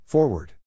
Forward